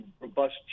robust